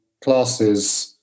classes